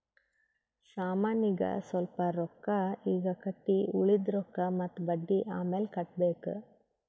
ಸಾಮಾನಿಗ್ ಸ್ವಲ್ಪ್ ರೊಕ್ಕಾ ಈಗ್ ಕಟ್ಟಿ ಉಳ್ದಿದ್ ರೊಕ್ಕಾ ಮತ್ತ ಬಡ್ಡಿ ಅಮ್ಯಾಲ್ ಕಟ್ಟಬೇಕ್